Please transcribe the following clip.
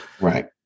Right